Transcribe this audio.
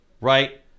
right